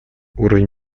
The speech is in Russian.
уровень